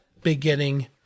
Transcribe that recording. beginning